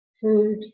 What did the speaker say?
food